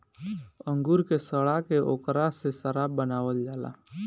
अंगूर के सड़ा के ओकरा से शराब बनावल जाला